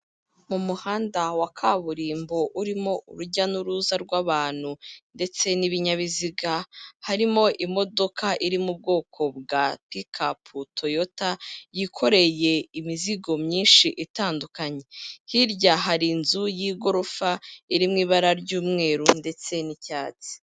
Mu muhanda wa kaburimbo urimo urujya n'uruza rw'abantu ndetse n'ibinyabiziga, harimo imodoka iri mu bwoko bwa pikapu Toyota yikoreye imizigo myinshi itandukanye, hirya hari inzu y'igorofa iri mu ibara ry'umweru ndetse n'icyatsi.